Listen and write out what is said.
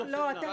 לחזור לשאלה?